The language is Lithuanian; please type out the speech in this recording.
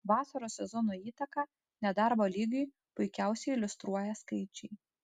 vasaros sezono įtaką nedarbo lygiui puikiausiai iliustruoja skaičiai